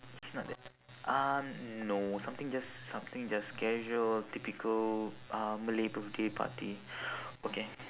it's not that um no something just something just casual typical uh malay birthday party okay